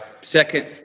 Second